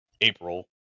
April